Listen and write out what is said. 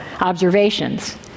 observations